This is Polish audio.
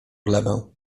glebę